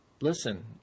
listen